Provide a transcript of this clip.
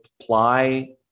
apply